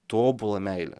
tobula meile